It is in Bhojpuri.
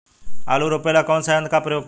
आलू रोपे ला कौन सा यंत्र का प्रयोग करी?